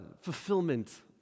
fulfillment